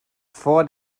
vor